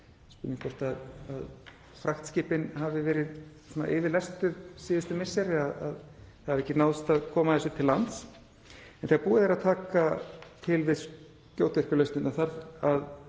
Spurning hvort fraktskipin hafi verið svona yfirlestuð síðustu misseri að það hafi ekki náðst að koma þessu til lands, en þegar búið er að taka til við skjótvirku lausnirnar þarf að